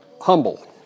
humble